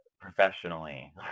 professionally